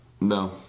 No